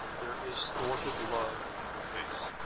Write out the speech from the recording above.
there is thwarted love in her face.